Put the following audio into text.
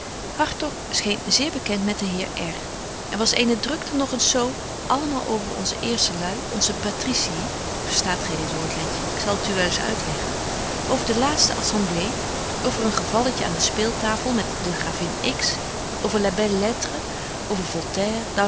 hartog scheen zeer bekent met den heer r er was eene drukte nog eens zo allemaal over onze eerste lui onze patricii verstaat gy dit woord letje ik zal t u wel eens uitleggen over de laatste assemblée over een gevalletje aan de speeltafel met de gravin